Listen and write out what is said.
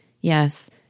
Yes